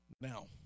Now